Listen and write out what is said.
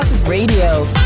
Radio